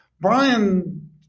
Brian